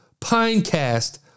Pinecast